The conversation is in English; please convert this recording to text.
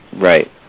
Right